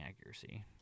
accuracy